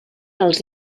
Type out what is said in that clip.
els